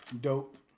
Dope